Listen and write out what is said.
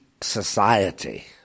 society